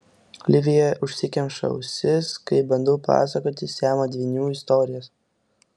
livija užsikemša ausis kai bandau pasakoti siamo dvynių istorijas